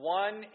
one